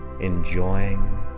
Enjoying